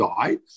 died